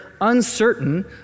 uncertain